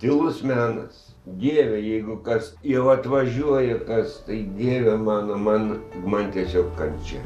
tylus menas dieve jeigu kas jau atvažiuoja kas tai dieve mano man man tiesiog kančia